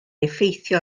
effeithio